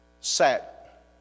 sat